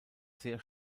sehr